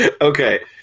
Okay